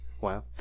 Wow